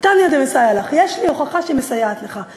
"תניא דמסייעא לך", יש לי הוכחה שמסייעת לך.